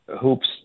hoops